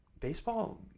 Baseball